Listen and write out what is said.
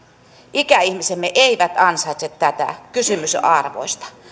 ikäihmisemme eivät ansaitse tätä kysymys on arvoista